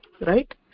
right